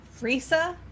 Risa